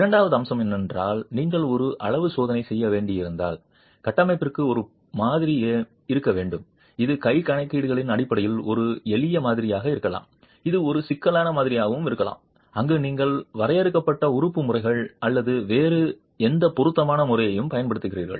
இரண்டாவது அம்சம் என்னவென்றால் நீங்கள் ஒரு அளவு சோதனை செய்ய வேண்டியிருந்தால் கட்டமைப்பிற்கு ஒரு மாதிரி இருக்க வேண்டும் இது கை கணக்கீடுகளின் அடிப்படையில் ஒரு எளிய மாதிரியாக இருக்கலாம் இது ஒரு சிக்கலான மாதிரியாக இருக்கலாம் அங்கு நீங்கள் வரையறுக்கப்பட்ட உறுப்பு முறைகள் அல்லது வேறு எந்த பொருத்தமான முறையையும் பயன்படுத்துகிறீர்கள்